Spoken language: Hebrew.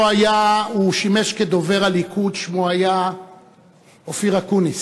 ששימש כדובר הליכוד, שמו היה אופיר אקוניס,